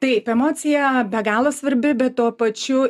taip emocija be galo svarbi bet tuo pačiu